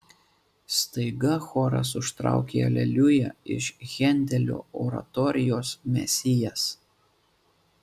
staiga choras užtraukė aleliuja iš hendelio oratorijos mesijas